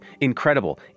incredible